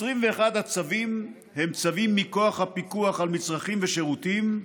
21 הצווים הם צווים מכוח חוק הפיקוח על מצרכים ושירותים,